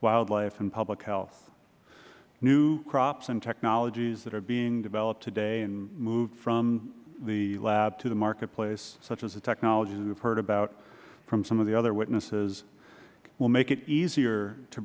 wildlife and the public health new crops and technologies that are being developed today and moved from the lab to the marketplace such as the technologies we have heard about from some of the other witnesses will make it easier to